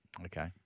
Okay